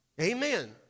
Amen